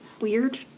weird